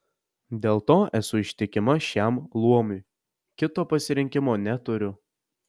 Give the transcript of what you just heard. dėl to esu ištikima šiam luomui kito pasirinkimo neturiu